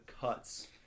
cuts